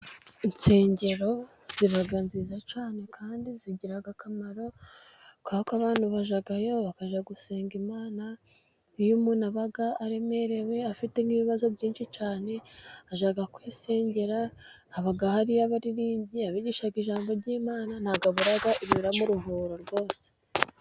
Insengero ziba nziza cyane kandi zigira akamaro, kubera ko abamu bajyayo, bakajya gusenga Imana, iyo umuntu aba aremerewe, afite nk'ibibazo byinshi cyane, ajya kwisengera, haba hari yo abaririmbyi, abigisha ijambo ry'imana, ntabwo abura ibimuruhura rwose.